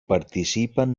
participen